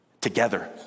Together